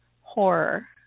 horror